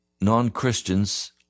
non-Christians